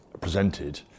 presented